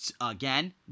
again